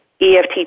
EFT